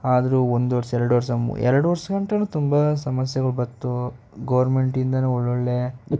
ಆದರೂ ಒಂದು ವರ್ಷ ಎರ್ಡು ವರ್ಷ ಮು ಎರಡು ವರ್ಷ ಗಂಟನು ತುಂಬ ಸಮಸ್ಯೆಗಳು ಬಂತು ಗೋರ್ಮೆಂಟಿಂದನೂ ಒಳ್ಳೊಳ್ಳೆ